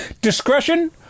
Discretion